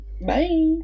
Bye